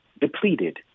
depleted